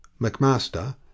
McMaster